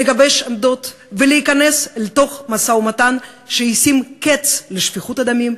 לגבש עמדות ולהיכנס אל תוך משא-ומתן שישים קץ לשפיכות הדמים,